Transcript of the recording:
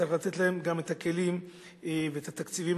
צריך לתת להם גם את הכלים ואת התקציבים